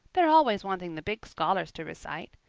they're always wanting the big scholars to recite.